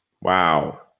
Wow